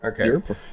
Okay